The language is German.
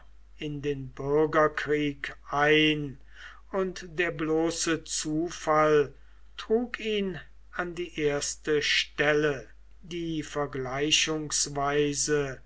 in den bürgerkrieg ein und der bloße zufall trug ihn an die erste stelle die vergleichungsweise